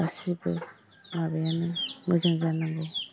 गासैबो माबायानो मोजां जानांगौ